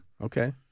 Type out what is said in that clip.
Okay